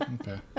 okay